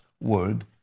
word